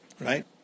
Right